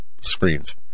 screens